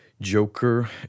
joker